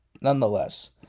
nonetheless